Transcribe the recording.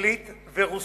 אנגלית ורוסית,